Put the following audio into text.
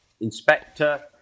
inspector